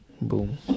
Boom